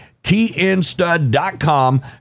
tnstud.com